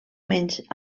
menys